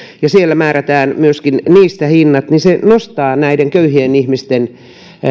ja siellä myöskin määrätään niistä hinnat niin se nostaa näiden köyhien ihmisten